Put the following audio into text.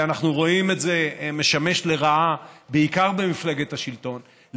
ואנחנו רואים את זה משמש לרעה בעיקר במפלגת השלטון,